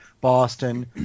Boston